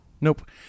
Nope